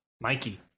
Mikey